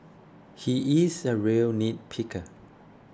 he is a real nitpicker